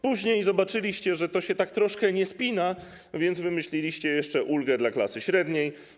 Później zobaczyliście, że to się troszkę nie spina, więc wymyśliliście jeszcze ulgę dla klasy średniej.